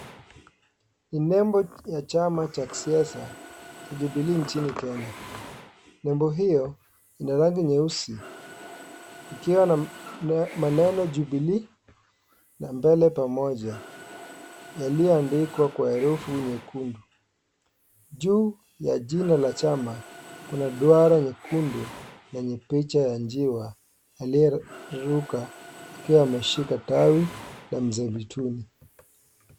Ni nembo Cha Chama ya kisiasahacha Jubilee inchini Kenya. Nembo hiyo ina rangi nyeusi ikiwa na maneno Jubilee na mbele pamoja yaliyoandikwa kwa herufi nyekundu. Juu ya jina la Chama Kuna duara nyekundu yenye picha ya njiwa aliyeruka akiwa ameshika tawi na mzebituni